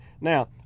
Now